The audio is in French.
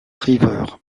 river